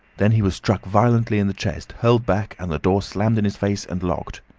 then he was struck violently in the chest, hurled back, and the door slammed in his face and locked.